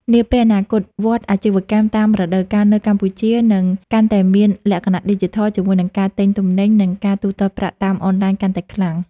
នាពេលអនាគត វដ្តអាជីវកម្មតាមរដូវកាលនៅកម្ពុជានឹងកាន់តែមានលក្ខណៈឌីជីថល ជាមួយនឹងការទិញទំនិញ និងការទូទាត់ប្រាក់តាមអនឡាញកាន់តែខ្លាំង។